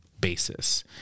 basis